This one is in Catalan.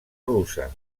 russa